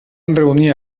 reunir